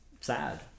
sad